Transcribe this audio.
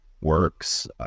works